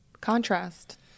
Contrast